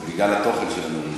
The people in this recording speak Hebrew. זה בגלל התוכן של הנאומים שלך.